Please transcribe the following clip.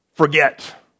forget